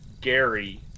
gary